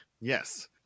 Yes